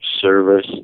service